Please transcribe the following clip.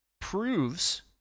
proves